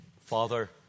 Father